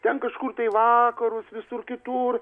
ten kažkur tai vakarus visur kitur